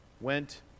went